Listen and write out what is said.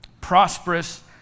Prosperous